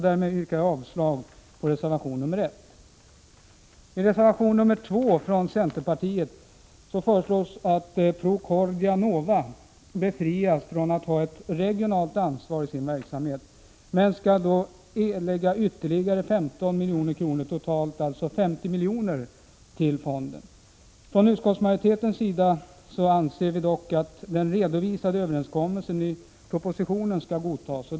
Därmed yrkar jag avslag på reservation nr 1. I reservation nr 2 från centerpartiet föreslås att Procordia Nova befrias från att i sin verksamhet ta ett regionalt ansvar, men företaget skall då erlägga ytterligare 15 milj.kr., totalt alltså 50 milj.kr. till fonden. Från utskottsmajoritetens sida anser vi dock att den i propositionen redovisade överenskommelsen skall godtas.